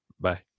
Bye